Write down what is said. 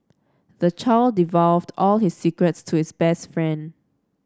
the child all his secrets to his best friend